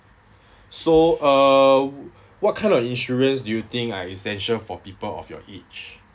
so uh what kind of insurance do you think are essential for people of your age